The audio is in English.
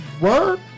Word